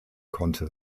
konnte